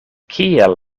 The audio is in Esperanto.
kiel